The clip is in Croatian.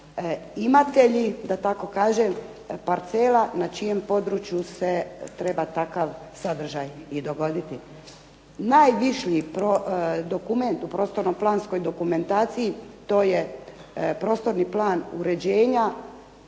imatelji da tako kažem parcela na čijem području se treba takav sadržaj i dogoditi. Najviši dokument u prostorno planskoj dokumentaciji to je prostorni plan uređenja